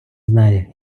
знає